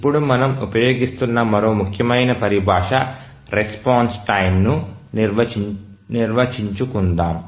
ఇప్పుడు మనం ఉపయోగిస్తున్న మరో ముఖ్యమైన పరిభాష రెస్పాన్స్ టైమ్ను నిర్వచించుకుందాం